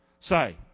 Say